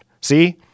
See